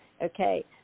Okay